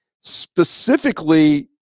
specifically